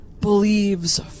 believes